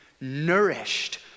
nourished